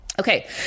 Okay